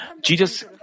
Jesus